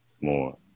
more